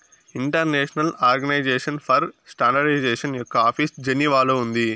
international organization for standardization యొక్క office జెనీవాలో ఉంది